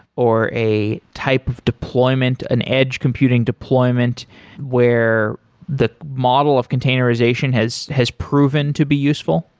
or a type of deployment and edge computing deployment where the model of containerization has has proven to be useful?